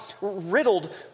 riddled